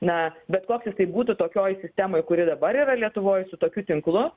na bet koks jisai būtų tokioj sistemoj kuri dabar yra lietuvoj su tokiu tinklu